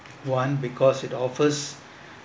one because it offers